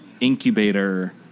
incubator